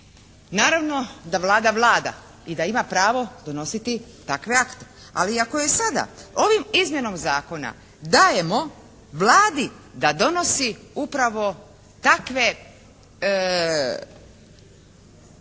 Naravno, da Vlada vlada i da ima pravo donositi takve akte. Ali ako joj sada ovom izmjenom zakona dajemo Vladi da donosi upravo takve akte